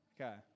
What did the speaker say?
Okay